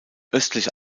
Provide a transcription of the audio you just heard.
östliche